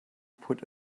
put